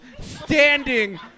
standing